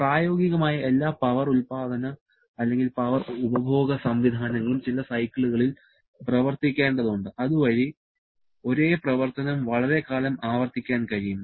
പ്രായോഗികമായി എല്ലാ പവർ ഉല്പാദന അല്ലെങ്കിൽ പവർ ഉപഭോഗ സംവിധാനങ്ങളും ചില സൈക്കിളുകളിൽ പ്രവർത്തിക്കേണ്ടതുണ്ട് അതുവഴി ഒരേ പ്രവർത്തനം വളരെക്കാലം ആവർത്തിക്കാൻ കഴിയും